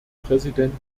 präsident